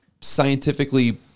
scientifically